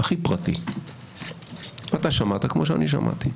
אתה שמעת כפי שאני שמעתי.